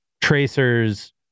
Tracers